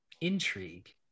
Intrigue